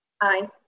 Aye